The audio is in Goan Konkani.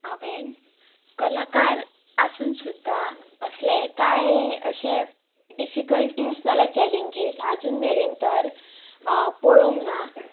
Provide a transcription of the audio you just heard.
हांवें कलाकार आसून सुद्दां असले कांय अशे डिफिकल्टीज नाल्यार चॅलेंजीस आजून मेरेन तर पळोवंक ना